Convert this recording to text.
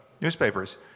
newspapers